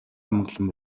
амгалан